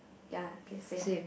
ya okay same